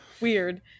weird